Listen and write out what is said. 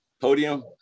podium